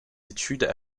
études